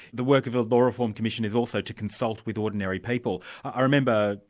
the work of a law reform commission is also to consult with ordinary people. i remember,